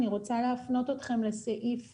אני רוצה להפנות אתכם לסעיף